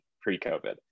pre-COVID